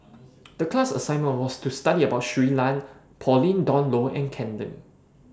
The class assignment was to study about Shui Lan Pauline Dawn Loh and Ken Lim